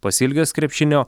pasiilgęs krepšinio